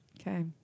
Okay